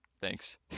Thanks